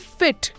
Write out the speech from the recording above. fit